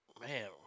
man